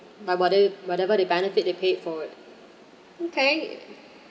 by whatever whatever the benefit they paid for it okay